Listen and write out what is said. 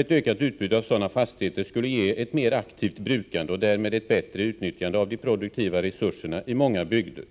Ett ökat utbud av sådana fastigheter skulle ge ett mer aktivt brukande och därmed ett bättre utnyttjande av de produktiva resurserna i många bygder.